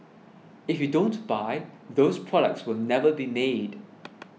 if you don't buy those products will never be made